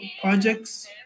projects